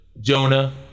Jonah